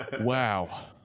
Wow